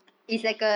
mm